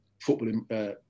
football